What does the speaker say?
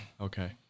Okay